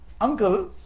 uncle